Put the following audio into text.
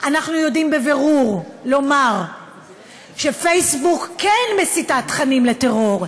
אנחנו יודעים בבירור לומר שפייסבוק כן מסיטה תכנים על טרור.